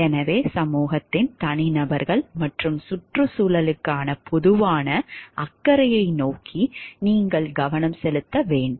எனவே சமூகத்தின் தனிநபர்கள் மற்றும் சுற்றுச்சூழலுக்கான பொதுவான அக்கறையை நோக்கி நீங்கள் கவனம் செலுத்த வேண்டும்